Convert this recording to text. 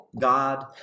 God